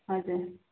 हजुर